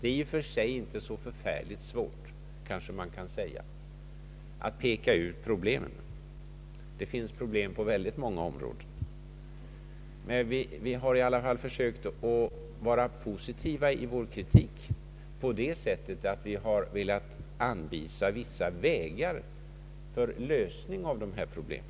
Dei är i och för sig inte så förfärligt svårt, kan man kanske säga, att peka ut problemen; det finns problem på väldigt många områden, Vi har i alla fall försökt vara positiva i vår kritik på det sättet att vi har velat anvisa vägar för lösning av dessa problem.